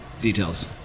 details